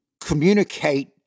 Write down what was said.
communicate